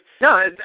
No